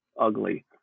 ugly